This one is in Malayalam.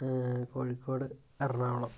കോഴിക്കോട് എറണാകുളം